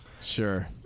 Sure